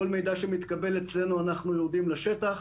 כל מידע שמתקבל אצלנו אנחנו יורדים לשטח,